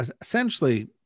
essentially